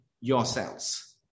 yourselves